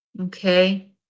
Okay